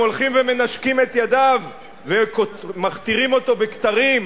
הם הולכים ומנשקים את ידיו ומכתירים אותו בכתרים.